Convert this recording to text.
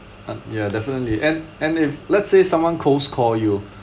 uh ya definitely and and if let's say someone cold call you